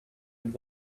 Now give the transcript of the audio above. and